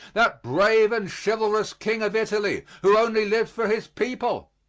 that brave and chivalrous king of italy who only lived for his people?